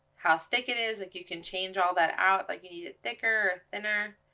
how thick it is, like you can change all that out, like you need it thicker or thinner.